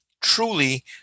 truly